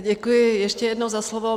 Děkuji ještě jednou za slovo.